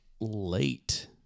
late